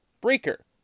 Breaker